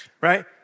right